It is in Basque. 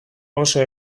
oso